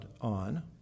on